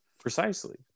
Precisely